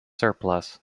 surplus